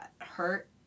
hurt